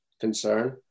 concern